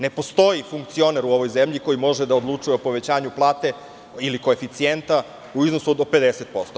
Ne postoji u ovoj zemlji funkcioner koji može da odlučuje o povećanju plate ili koeficijenta u iznosu do 50%